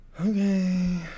Okay